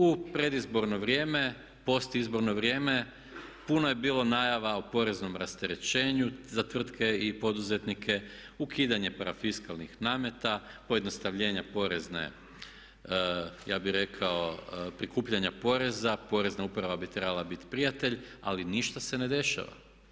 U predizborno vrijeme post izborno vrijeme, puno je bilo najava o poreznom rasterećenju za tvrtke i poduzetnike, ukidanje parafiskalnih nameta, pojednostavljenja porezne ja bih rekao prikupljanja poreza, porezna bi trebala biti prijatelj ali ništa se ne dešava.